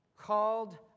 called